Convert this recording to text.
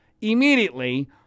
immediately